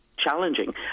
challenging